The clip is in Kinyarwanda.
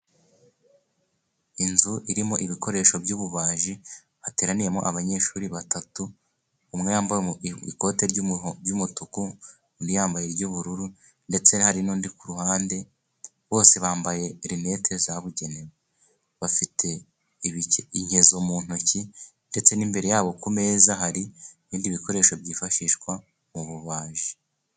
Inzu irimo ibikoresho by'ububaji, hateraniyemo abanyeshuri batatu, umwe yambaye ikoti ry'umutuku undi yambaye iry'ubururu ndetse hari n'undi kuruhande, bose bambaye rinete zabugenewe bafite inkezo mu ntoki ndetse n'imbere yabo ku meza, hari ibindi bikoresho byifashishwa mu bubaji.